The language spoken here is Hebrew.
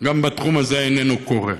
גם בתחום הזה, איננו קורה,